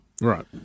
Right